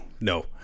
no